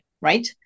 right